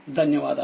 ధన్యవాదాలు